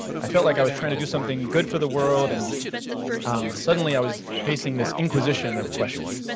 i felt like i was trying to do something good for the world, and suddenly i was facing this inquisition of questions.